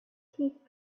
teeth